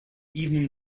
evening